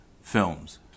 films